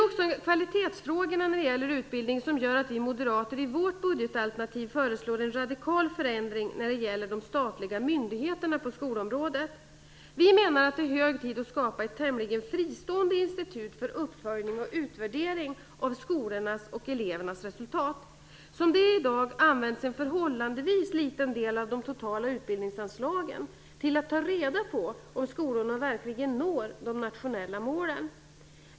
Också kvalitetsfrågorna på utbildningsområdet gör att vi moderater i vårt budgetalternativ föreslår en radikal förändring när det gäller de statliga skolmyndigheterna. Det är hög tid att skapa ett tämligen fristående institut för uppföljning och utvärdering av skolornas och elevernas resultat. I dag används en förhållandevis liten del av de totala utbildningsanslagen till att ta reda på om skolorna verkligen når de nationella målen.